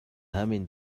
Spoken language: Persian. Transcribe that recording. همین